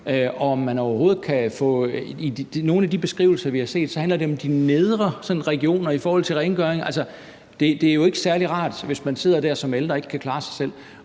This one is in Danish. i nogle af de beskrivelser, vi har set, handler det om de nedre regioner i forhold til rengøring. Det er jo ikke særlig rart, hvis man sidder der som ældre og ikke kan klare sig selv,